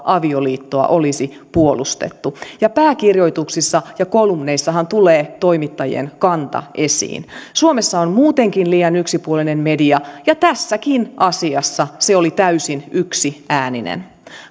avioliittoa olisi puolustettu ja pääkirjoituksissa ja kolumneissahan tulee toimittajien kanta esiin suomessa on muutenkin liian yksipuolinen media ja tässäkin asiassa se oli täysin yksiääninen